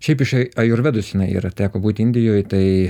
šiaip iš a ajurvedos jinai yra teko būti indijoj tai